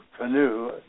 canoe